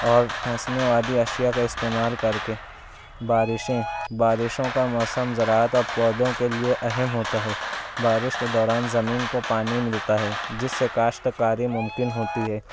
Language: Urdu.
اور ٹھنسنے والی اشیاء کا استعمال کر کے بارشیں بارشوں کا موسم زراعت اور پودوں کے لیے اہم ہوتا ہے بارش کے دوران زمین کو پانی ملتا ہے جس سے کاشتکاری ممکن ہوتی ہے